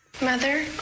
Mother